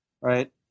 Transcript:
right